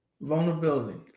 vulnerability